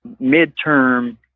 midterm